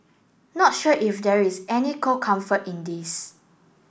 not sure if there is any cold comfort in this